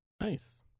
Nice